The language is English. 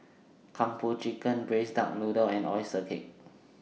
Kung Po Chicken Braised Duck Noodle and Oyster Cake